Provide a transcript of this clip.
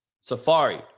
Safari